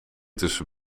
tussen